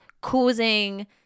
causing